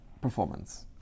performance